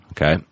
Okay